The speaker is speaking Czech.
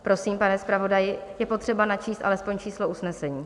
Prosím, pane zpravodaji, je potřeba načíst alespoň číslo usnesení.